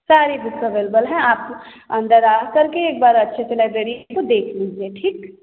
सारी book available हैं आप अन्दर आ करके एक बार अच्छे से लाइब्रेरी को देख लीजिए ठीक